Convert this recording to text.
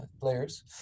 players